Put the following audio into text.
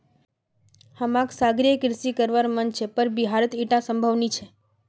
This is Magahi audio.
हमाक सागरीय कृषि करवार मन छ पर बिहारत ईटा संभव नी छ